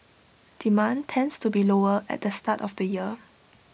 demand tends to be lower at the start of the year